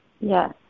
Yes